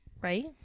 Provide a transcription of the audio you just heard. Right